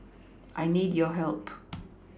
I need your help